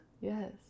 Yes